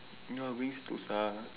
you know going Sentosa